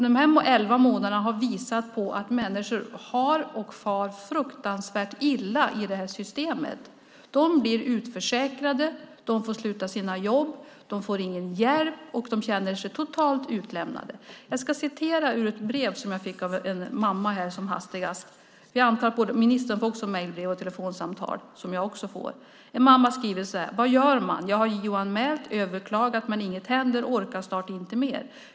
Dessa elva månader har visat att människor far fruktansvärt illa i detta system. De blir utförsäkrade, de får sluta sina jobb, de får ingen hjälp och de känner sig totalt utlämnade. Jag ska läsa ur ett brev som jag fick av en mamma. Jag antar att ministern också får mejl och telefonsamtal. Denna mamma skriver följande: Vad gör man? Jag har JO-anmält och överklagat, men inget händer, och jag orkar snart inte mer.